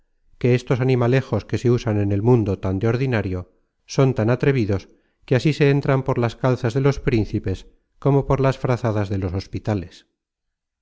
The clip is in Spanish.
que estos animalejos que se usan en el mundo tan de ordinario son tan atrevidos que así se entran por las calzas de los principes como por las frazadas de los hospitales